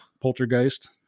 Poltergeist